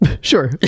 Sure